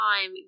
time